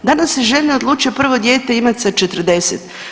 Danas se žene odluče prvo dijete imati sa 40.